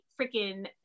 freaking